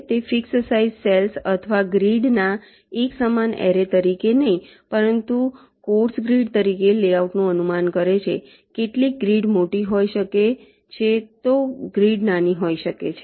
તે fix size cells અથવા ગ્રીડના એકસમાન એરે તરીકે નહીં પરંતુ કોર્સ ગ્રીડ તરીકે લેઆઉટનું અનુમાન કરે છે કેટલીક ગ્રીડ મોટી હોઈ શકે છે તો ગ્રીડ નાની હોઈ શકે છે